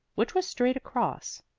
which was straight across?